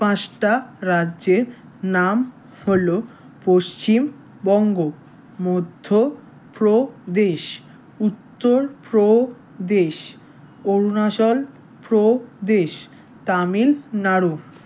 পাঁচটা রাজ্যের নাম হলো পশ্চিমবঙ্গ মধ্যপ্রদেশ উত্তরপ্রদেশ অরুণাচলপ্রদেশ তামিলনাড়ু